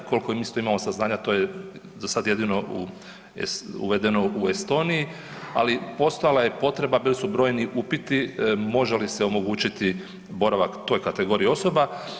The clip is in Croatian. Kolko mi isto imamo saznanja to je za sad jedino uvedeno u Estoniji, ali postojala je potreba, bili su brojni upiti može li se omogućiti boravak toj kategoriji osoba.